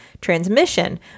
transmission